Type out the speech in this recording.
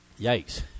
Yikes